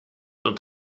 und